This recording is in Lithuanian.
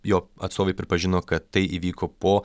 jo atstovai pripažino kad tai įvyko po